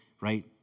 right